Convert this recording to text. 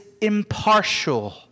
impartial